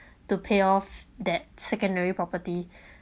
to pay off that secondary property